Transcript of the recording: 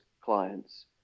clients